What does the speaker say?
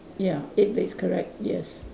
ya eight legs correct yes